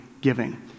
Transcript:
giving